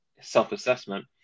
self-assessment